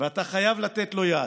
ואתה חייב לתת לו יד.